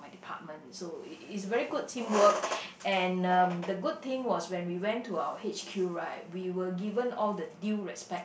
department so it it's a very good teamwork and um the good thing was when we went to our h_q right we were given all the due respects